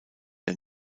der